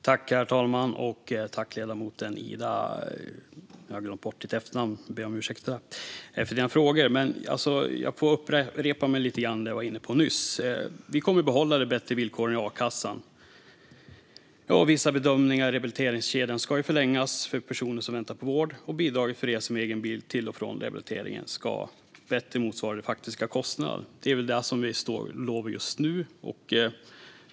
Herr talman! Tack, ledamoten Ida Gabrielsson, för dina frågor! Jag får lite grann upprepa det som jag nyss var inne på. Vi kommer att behålla de bättre villkoren i a-kassan. Undantagen från vissa bedömningar i rehabiliteringskedjan ska förlängas för personer som väntar på vård, och bidraget för resor med egen bil till och från rehabiliteringen ska bättre motsvara de faktiska kostnaderna. Det är väl det som vi står för just nu.